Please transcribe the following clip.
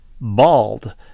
bald